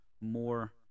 more